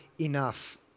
enough